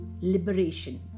liberation